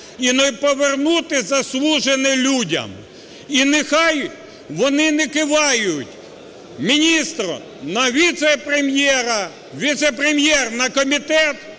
не повернути заслужене людям. І нехай вони не кивають, міністр на віце-прем'єра, віце-прем'єр на комітет,